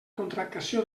contractació